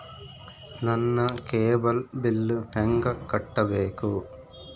ನನ್ನ cable bill ಹೆಂಗ ಕಟ್ಟಬೇಕು?